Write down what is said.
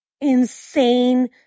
insane